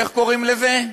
איך קוראים לזה?